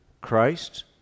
Christ